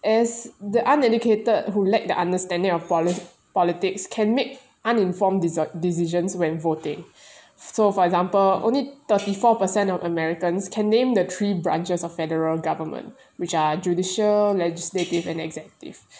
as the uneducated who lack the understanding of poli~ politics can make uninformed deci~ decisions when voting so for example only thirty four percent of americans can name the tree branches of federal government which are judicial legislative and executive